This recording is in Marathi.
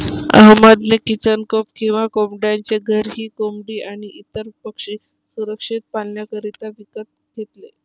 अहमद ने चिकन कोप किंवा कोंबड्यांचे घर ही कोंबडी आणी इतर पक्षी सुरक्षित पाल्ण्याकरिता विकत घेतले